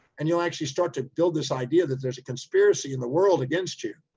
and you'll actually start to build this idea that there's a conspiracy in the world against you.